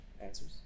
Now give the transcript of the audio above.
Answers